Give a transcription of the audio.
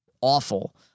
awful